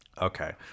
Okay